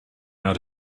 out